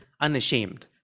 unashamed